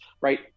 right